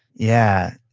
yeah.